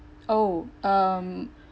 oh um